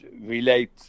relate